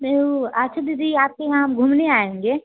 नहीं ऊ अच्छा दीदी आपके यहाँ हम घूमने आएँगे